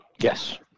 Yes